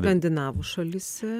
skandinavų šalyse